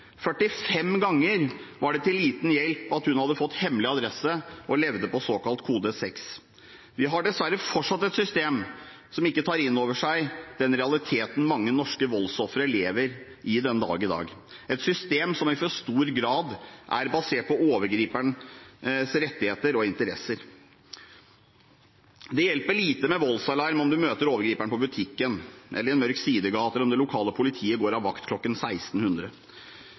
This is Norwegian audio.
45 ganger var det til liten hjelp at hun hadde fått hemmelig adresse og levde på såkalt kode 6. Vi har dessverre fortsatt et system som ikke tar inn over seg den realiteten mange norske voldsofre lever i den dag i dag, et system som i for stor grad er basert på overgriperens rettigheter og interesser. Det hjelper lite med voldsalarm om du møter overgriperen på butikken eller i en mørk sidegate, eller om det lokale politiet går av vakt klokken